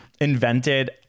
invented